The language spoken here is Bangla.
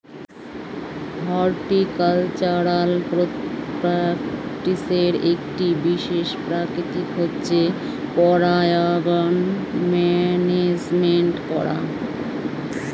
হর্টিকালচারাল প্র্যাকটিসের একটি বিশেষ প্রকৃতি হচ্ছে পরাগায়ন ম্যানেজমেন্ট করা